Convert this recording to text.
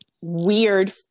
weird